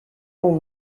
اون